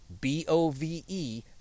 B-O-V-E